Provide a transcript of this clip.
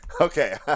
okay